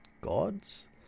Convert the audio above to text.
gods